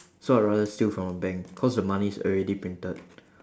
so I'd rather steal from a bank cause the money is already printed